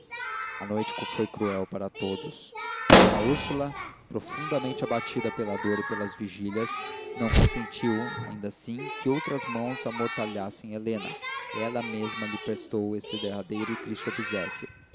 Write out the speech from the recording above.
a noite foi cruel para todos d úrsula profundamente abatida pela dor e pelas vigílias não consentiu ainda assim que outras mãos amortalhassem helena ela mesma lhe prestou esse derradeiro e triste obséquio